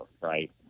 right